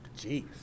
Jeez